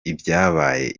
ibyabaye